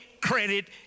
credit